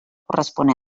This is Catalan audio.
corresponent